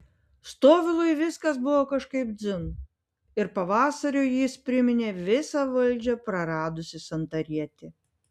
stovylui viskas buvo kažkaip dzin ir pavasariui jis priminė visą valdžią praradusį santarietį